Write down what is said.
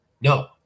No